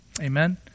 Amen